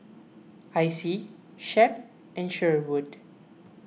Icey Shep and Sherwood